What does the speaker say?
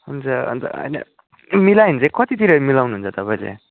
हुन्छ अन्त होइन मिलायो भने चाहिँ कतितिर मिलाउनु हुन्छ तपाईँले